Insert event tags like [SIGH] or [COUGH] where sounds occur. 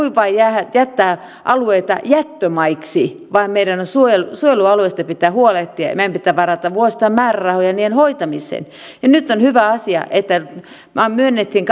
noin vain jättää alueita jättömaiksi vaan meidän pitää suojelualueista huolehtia ja meidän pitää varata vuosittain määrärahoja niiden hoitamiseen nyt on hyvä asia että myönnettiin [UNINTELLIGIBLE]